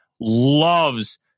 loves